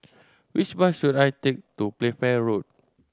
which bus should I take to Playfair Road